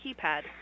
keypad